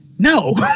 No